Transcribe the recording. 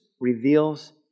reveals